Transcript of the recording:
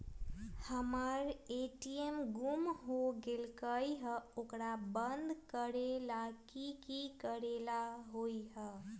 हमर ए.टी.एम गुम हो गेलक ह ओकरा बंद करेला कि कि करेला होई है?